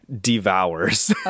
devours